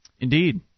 Indeed